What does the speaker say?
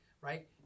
right